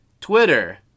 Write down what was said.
Twitter